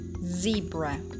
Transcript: zebra